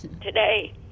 today